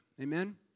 Amen